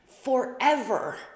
forever